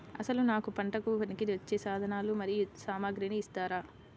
అసలు నాకు పంటకు పనికివచ్చే సాధనాలు మరియు సామగ్రిని ఇస్తారా?